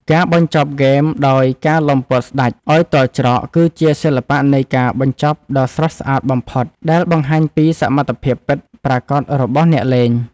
ការបញ្ចប់ហ្គេមដោយការឡោមព័ទ្ធស្តេចឱ្យទាល់ច្រកគឺជាសិល្បៈនៃការបញ្ចប់ដ៏ស្រស់ស្អាតបំផុតដែលបង្ហាញពីសមត្ថភាពពិតប្រាកដរបស់អ្នកលេង។